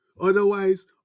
otherwise